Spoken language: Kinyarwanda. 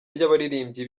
ry’abaririmbyi